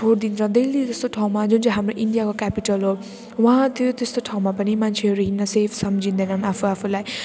छोडिदिन्छ दिल्ली जस्तो ठाउँमा जुन चाहिँ हाम्रो इन्डियाको क्यापिटल हो उहाँतिर त्यस्तो ठाउँमा पनि मान्छेहरू हिँड्न सेफ सम्झिँदैनन् आफू आफूलाई